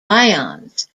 ions